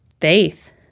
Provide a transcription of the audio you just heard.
faith